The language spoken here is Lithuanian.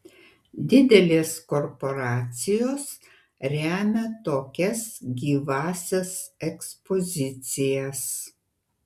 didelės korporacijos remia tokias gyvąsias ekspozicijas